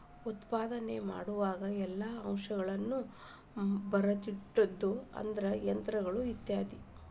ಉತ್ಪಾದನೆ ಮಾಡುವಾಗ ಎಲ್ಲಾ ಅಂಶಗಳನ್ನ ಬರದಿಡುದು ಅಂದ್ರ ಯಂತ್ರಗಳು ಇತ್ಯಾದಿ